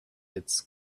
its